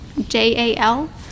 J-A-L